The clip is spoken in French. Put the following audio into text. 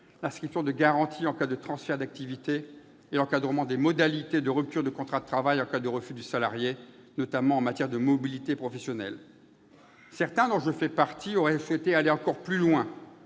inscription de garanties en cas de transfert d'activité et encadrement des modalités de rupture du contrat de travail en cas de refus du salarié, notamment en matière de mobilité professionnelle. Certains, dont je fais partie, auraient souhaité aller encore plus loin,